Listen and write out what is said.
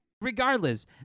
Regardless